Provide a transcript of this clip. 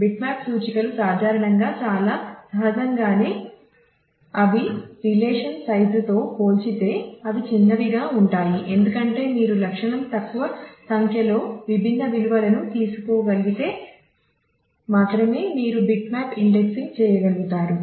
bitmap సూచికలు సాధారణంగా చాలా సహజంగానే అవి రిలేషన్ సైజుతో పోల్చితే అవి చిన్నవిగా ఉంటాయి ఎందుకంటే మీరు లక్షణం తక్కువ సంఖ్యలో విభిన్న విలువలను తీసుకోగలిగితే మాత్రమే మీరు బిట్మ్యాప్ ఇండెక్సింగ్ చేయగలుగుతారు